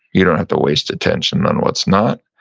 you don't have to waste attention on what's not,